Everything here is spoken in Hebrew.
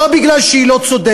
לא מפני שהיא לא צודקת,